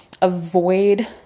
avoid